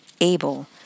able